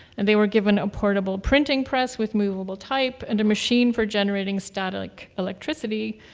and they were given a portable printing press with movable type and a machine for generating static electricity,